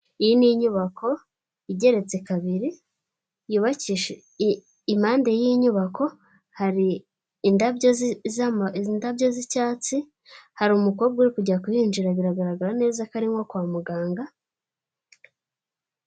Iyi ni inyubako igeretse kabiri, impande y'iyi nyubako hari indabyo z'icyatsi, hari umukobwa uri kujya kuhinjira biragaragara neza ko ari nko kwa muganga.